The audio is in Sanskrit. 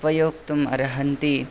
उपयोक्तुम् अर्हन्ति